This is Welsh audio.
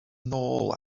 nôl